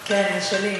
כן, זה שלי.